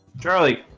charlie